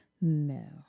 No